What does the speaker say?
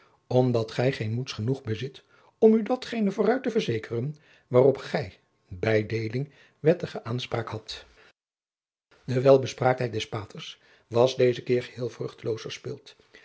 omdat gij geen moeds genoeg bezit om u datgene vooruit te verzekeren waarop gij bij deeling wettige aanspraak hadt de welbespraaktheid des paters was dezen keer geheel